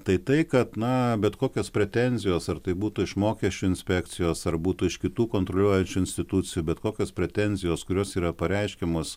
tai tai kad na bet kokios pretenzijos ar tai būtų iš mokesčių inspekcijos ar būtų iš kitų kontroliuojančių institucijų bet kokios pretenzijos kurios yra pareiškiamos